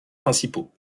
principaux